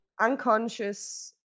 unconscious